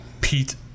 Pete